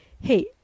Hey